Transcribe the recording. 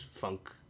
funk